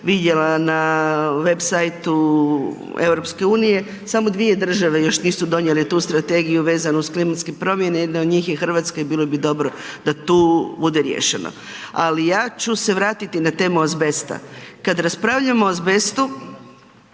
vidjela na web site-u EU, samo dvije države još nisu donijele tu strategiju vezano uz klimatske promjene, jedna od njih je i Hrvatska i bilo bi dobro da tu bude riješeno. Ali ja ću se vratiti na temu azbesta. Kad raspravljamo o azbestu…